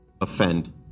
offend